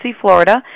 Florida